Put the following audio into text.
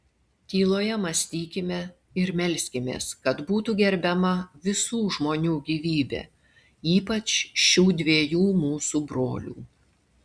tyloje mąstykime ir melskimės kad būtų gerbiama visų žmonių gyvybė ypač šių dviejų mūsų brolių